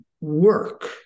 work